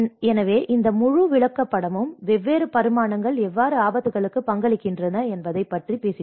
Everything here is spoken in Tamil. எனவே இந்த முழு விளக்கப்படமும் வெவ்வேறு பரிமாணங்கள் எவ்வாறு ஆபத்துகளுக்கு பங்களிக்கின்றன என்பதைப் பற்றி பேசுகிறது